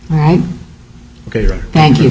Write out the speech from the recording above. right thank you